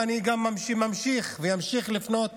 אני גם ממשיך ואמשיך לפנות